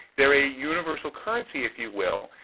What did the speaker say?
they're a universal currency, if you will,